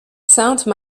sainte